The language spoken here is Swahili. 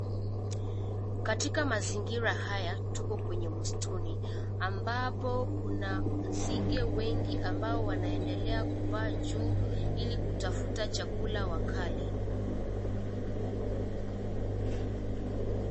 Katika mazingira haya, tuko kwenye msituni. Ambapo kuna nzige wengi ambao wanaendelea kupaa juu ili kutafuta chakula wa kale.